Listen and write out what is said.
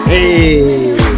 Hey